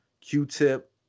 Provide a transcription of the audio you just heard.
Q-Tip